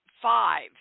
five